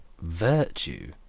virtue